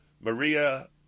Maria